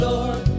Lord